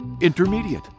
intermediate